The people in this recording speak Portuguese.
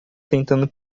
tentando